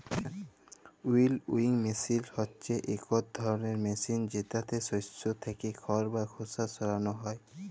উইলউইং মেসিল হছে ইকট ধরলের মেসিল যেটতে শস্য থ্যাকে খড় বা খোসা সরানো হ্যয়